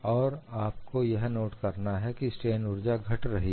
और आपको यह नोट करना है कि स्ट्रेन ऊर्जा घट रही है